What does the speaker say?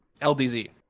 ldz